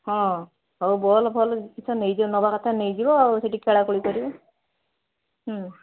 ହଁ ହଉ ବଲ୍ ଫଲ୍ କିସ ନେଇଯିବ ନେବାକଥା ନେଇଯିବ ସିଠି ଖେଳାଖେଳି କରିବେ ହୁଁ